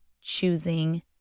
choosing